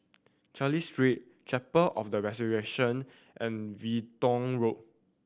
Cecil Street Chapel of the Resurrection and Everton Road